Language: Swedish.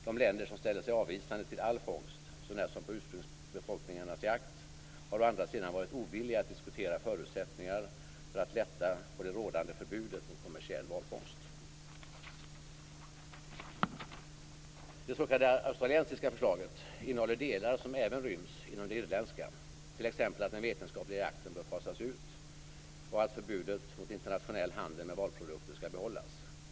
De länder som ställer sig avvisande till all fångst så när som på ursprungsbefolkningarnas jakt, har å andra sidan varit ovilliga att diskutera förutsättningar för att lätta på det rådande förbudet mot kommersiell valfångst. Det s.k. australiensiska förslaget innehåller delar som även ryms inom det irländska förslaget, t.ex. att den vetenskapliga jakten bör fasas ut och att förbudet mot internationell handel med valprodukter skall behållas.